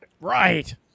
Right